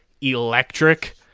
electric